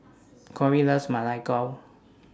Corie loves Ma Lai Gao